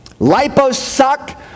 liposuck